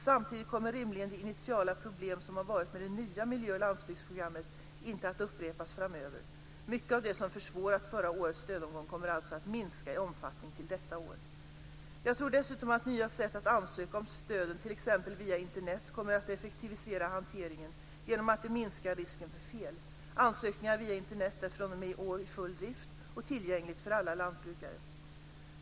Samtidigt kommer rimligen de initiala problem som har varit med det nya miljö och landsbygdsprogrammet inte att upprepas framöver. Mycket av det som försvårat förra årets stödomgång kommer alltså att minska i omfattning till detta år. Jag tror dessutom att nya sätt att ansöka om stöden, t.ex. via Internet, kommer att effektivisera hanteringen genom att det minskar risken för fel. Ansökningar via Internet är fr.o.m. i år i full drift, och det är tillgängligt för alla lantbrukare.